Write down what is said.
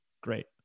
Great